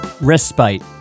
Respite